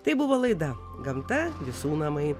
tai buvo laida gamta visų namai